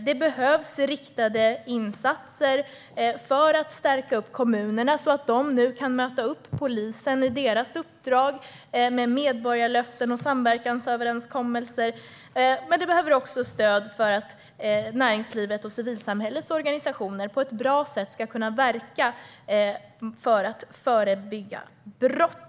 Det behövs riktade insatser för att stärka kommunerna så att de kan möta polisen i dess uppdrag genom medborgarlöften och samverkansöverenskommelser. Det behövs även stöd så att näringslivets och civilsamhällets organisationer på ett bra sätt kan verka för att förebygga brott.